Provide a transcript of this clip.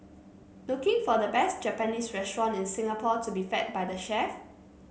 looking for the best Japanese restaurant in Singapore to be fed by the chef